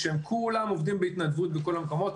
כשכולם עובדים בהתנדבות בכל המקומות,